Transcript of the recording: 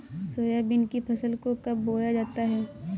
Soybean की फसल को कब बोया जाता है?